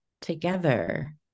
together